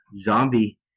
zombie